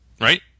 Right